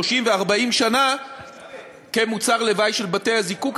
ו-30 ו-40 שנה כמוצר לוואי של בתי-הזיקוק,